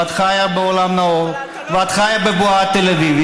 ואת חיה בעולם נאור ואת חיה בבועה תל אביבית,